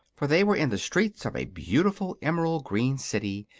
for they were in the streets of a beautiful emerald-green city,